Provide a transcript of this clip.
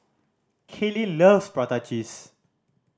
Kaelyn loves prata cheese